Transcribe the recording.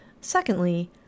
Secondly